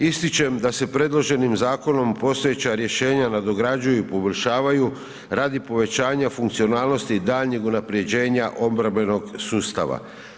Ističem da se predloženim zakonom postojeća rješenja nadograđuju i poboljšavaju radi povećanja funkcionalnosti daljnjeg unaprjeđenja obrambenog sustava.